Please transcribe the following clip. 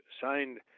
signed